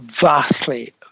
vastly